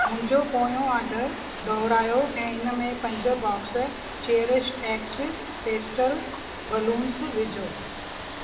मुंहिंजो पोयों ऑर्डरु दुहिरायो ऐं हिन में पंज box cherish X pastel balloons विझो